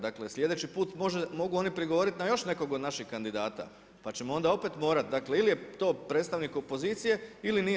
Dakle, slijedeći put mogu oni prigovorit na još nekog od naših kandidata pa ćemo onda opet morat, dakle ili je to predstavnik opozicije ili nije.